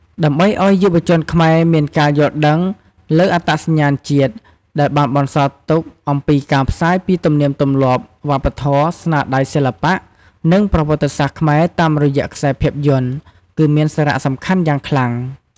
ដើម្បីឱ្យយុវជនខ្មែរមានការយល់ដឹងលើអត្តសញ្ញាណជាតិ ដែលបានបន្សល់ទុកអំពីការផ្សាយពីទំនៀមទម្លាប់ វប្បធម៌ ស្នាដៃសិល្បៈ និងប្រវត្តិសាស្ត្រខ្មែរតាមរយៈខ្សែភាពយន្ត គឺមានសារៈសំខាន់យ៉ាងខ្លាំង។